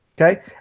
Okay